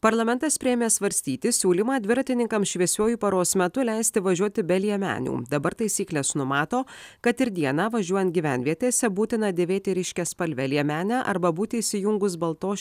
parlamentas priėmė svarstyti siūlymą dviratininkams šviesiuoju paros metu leisti važiuoti be liemenių dabar taisyklės numato kad ir dieną važiuojant gyvenvietėse būtina dėvėti ryškiaspalvę liemenę arba būti įsijungus baltos